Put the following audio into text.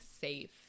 safe